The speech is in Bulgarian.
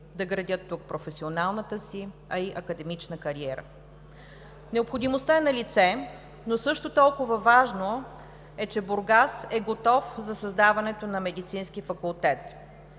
да градят тук професионалната си, а и академична кариера. Необходимостта е налице, но също толкова важно е, че Бургас е готов за създаването на Медицински факултет.